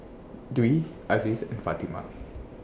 Dwi Aziz and Fatimah